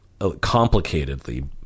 complicatedly